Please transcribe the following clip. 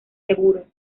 seguros